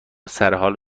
سرحال